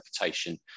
reputation